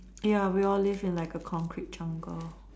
ya we all live in a concrete jungle